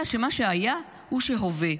ויודע שמה שהיה הוא שהווה,